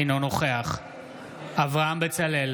אינו נוכח אברהם בצלאל,